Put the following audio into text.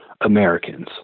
Americans